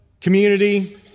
community